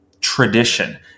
tradition